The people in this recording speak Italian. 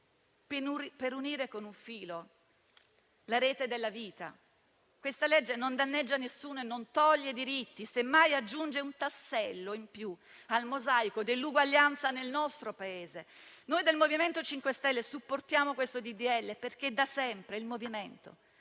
per unire con un filo la rete della vita. Questo disegno di legge non danneggia nessuno e non toglie diritti; semmai, aggiunge un tassello in più al mosaico dell'uguaglianza nel nostro Paese. Noi del MoVimento 5 Stelle supportiamo questo disegno di legge, perché da sempre il MoVimento